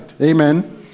Amen